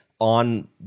on